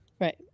Right